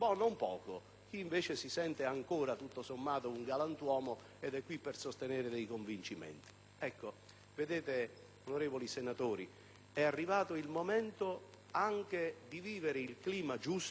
chi, invece, si sente ancora, tutto sommato, un galantuomo ed è qui per sostenere dei convincimenti. Onorevoli senatori, è arrivato il momento di vivere anche il clima giusto,